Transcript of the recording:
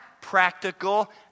practical